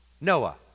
Noah